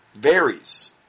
Varies